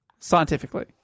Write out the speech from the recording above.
Scientifically